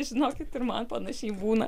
žinokit ir man panašiai būna